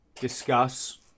discuss